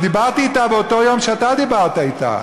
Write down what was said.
ודיברתי אתה באותו יום שאתה דיברת אתה.